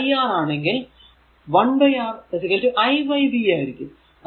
v iR ആണെങ്കിൽ 1 R i v ആയിരിക്കും